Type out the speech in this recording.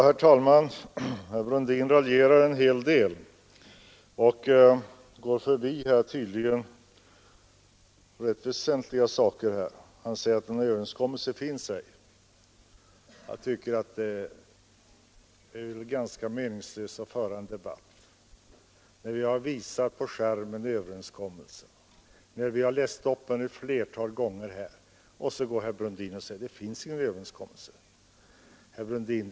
Herr talman! Herr Brundin raljerar en hel del och går förbi rätt väsentliga saker. Han säger att en överenskommelse finns ej. Jag tycker att det är ganska meningslöst att föra en debatt under sådana förhållanden. Vi har ju visat överenskommelsen på TV-skärmen och vi har läst upp den ett flertal gånger, och så säger herr Brundin: Det finns ingen överenskommelse. Herr Brundin!